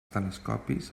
telescopis